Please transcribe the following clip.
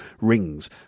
rings